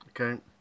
Okay